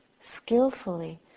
skillfully